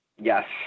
Yes